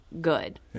good